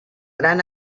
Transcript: gran